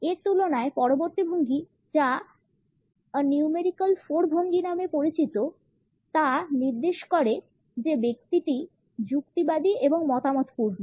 এর তুলনায় পরবর্তী ভঙ্গি যা a numerical 4 ভঙ্গি হিসাবে পরিচিত তা নির্দেশ করে যে ব্যক্তিটি যুক্তিবাদী এবং মতামতপূর্ণ